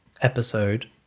episode